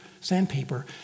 sandpaper